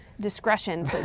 discretion